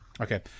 Okay